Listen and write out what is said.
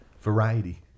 variety